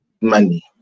money